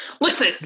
Listen